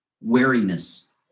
wariness